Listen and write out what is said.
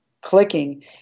clicking